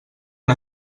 una